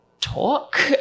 talk